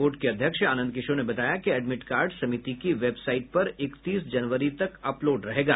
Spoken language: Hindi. बोर्ड के अध्यक्ष आनंद किशोर ने बताया कि एडमिट कार्ड समिति की वेबसाईट पर इकतीस जनवरी तक अपलोड रहेगा